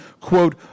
quote